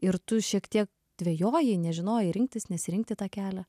ir tu šiek tiek dvejojai nežinojai rinktis nesirinkti tą kelią